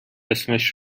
اسمش